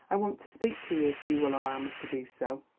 i want to speak to you, if you will allow me to do so.